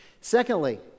Secondly